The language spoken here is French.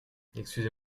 excusez